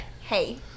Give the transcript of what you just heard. hey